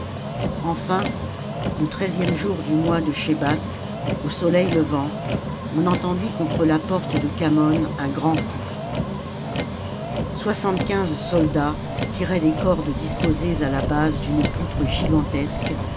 enfin le treizième jour du mois de schébat au soleil levant on entendit contre la porte de khamon un grand coup soixante quinze soldats tiraient des cordes disposées à la base d'une poutre gigantesque